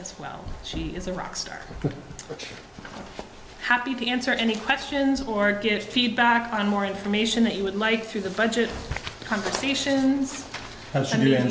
as well she is a rock star happy to answer any questions or get feedback on more information that you would like through the budget conversations